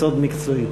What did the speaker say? סוד מקצועי.